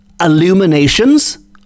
illuminations